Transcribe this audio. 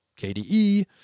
KDE